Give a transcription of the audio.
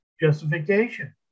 justification